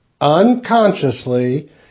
Unconsciously